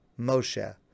Moshe